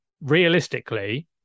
realistically